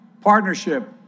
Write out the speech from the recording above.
partnership